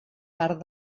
part